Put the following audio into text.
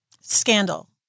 Scandal